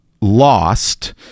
lost